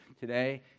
today